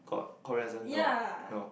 got no no